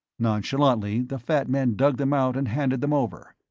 nonchalantly, the fat man dug them out and handed them over.